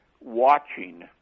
watching